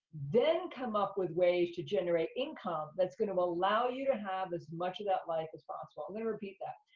then come up with ways to generate income that's gonna allow you to have as much of that life as possible. i'm gonna repeat that.